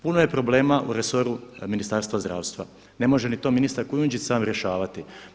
Puno je problema u resoru Ministarstva zdravstva, ne može ni to ministar Kujundžić sam rješavati.